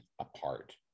apart